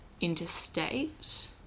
interstate